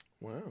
wow